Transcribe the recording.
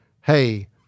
hey